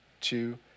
Two